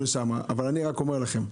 אבל אני רק אומר לכם,